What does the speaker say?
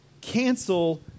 cancel